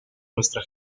nuestra